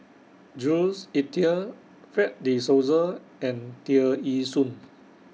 Jules Itier Fred De Souza and Tear Ee Soon